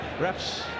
Ref's